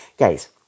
Guys